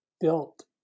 built